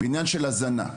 בעניין של הזנה.